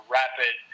rapid